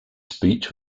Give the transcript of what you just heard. speech